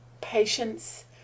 Patience